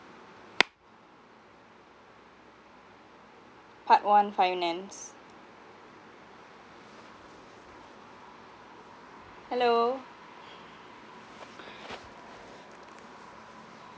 part one finance hello